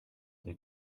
they